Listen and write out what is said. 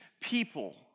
people